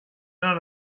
none